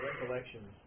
recollections